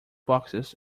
boxes